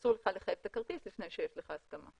שאסור לך לחייב את הכרטיס לפני שיש לך הסכמה.